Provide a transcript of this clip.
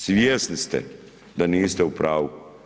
Svjesni ste da niste u pravu.